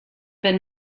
been